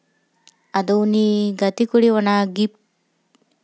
ᱟᱫᱚ ᱩᱱᱤ ᱜᱟᱛᱮ ᱠᱩᱲᱤ ᱚᱱᱟ ᱜᱤᱯᱷᱴ